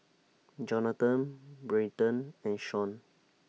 Johnathan Brenton and Shaun